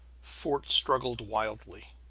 fort struggled wildly.